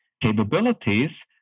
capabilities